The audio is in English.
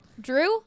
drew